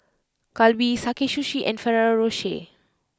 Calbee Sakae Sushi and Ferrero Rocher